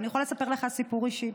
אני יכולה לספר לך סיפור אישי.